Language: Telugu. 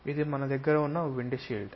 ఇది మన దగ్గర ఉన్న విండ్షీల్డ్